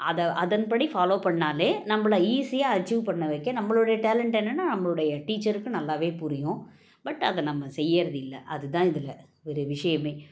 அதை அதன்படி ஃபாலோவ் பண்ணாலே நம்மள ஈஸியாக அச்சீவ் பண்ண வைக்க நம்மளுடைய டேலெண்ட் என்னன்னு நம்மளுடைய டீச்சருக்கு நல்லாவே புரியும் பட் அதை நம்ம செய்கிறது இல்லை அதுதான் இதில் ஒரு விஷயமே